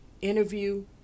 Interview